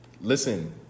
Listen